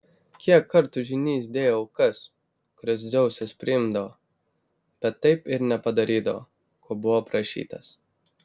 kiek kartų žynys dėjo aukas kurias dzeusas priimdavo bet taip ir nepadarydavo ko buvo prašytas